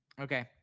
Okay